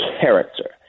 character